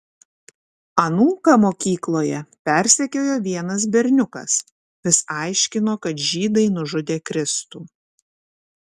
anūką mokykloje persekiojo vienas berniukas vis aiškino kad žydai nužudė kristų